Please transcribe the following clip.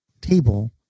table